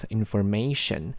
information